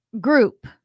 group